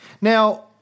Now